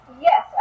Yes